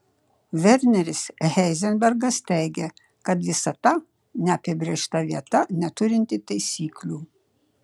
verneris heizenbergas teigė kad visata neapibrėžta vieta neturinti taisyklių